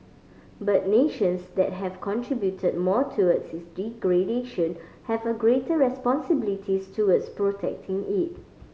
but nations that have contributed more towards its degradation have a greater responsibilities towards protecting it